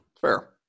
Fair